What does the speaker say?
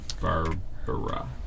Barbara